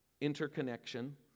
interconnection